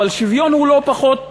אבל שוויון הוא לא פחות חשוב.